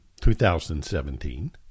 2017